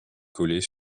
collées